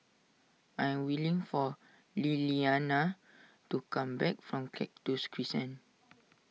I am waiting for Lilliana to come back from Cactus Crescent